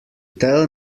tell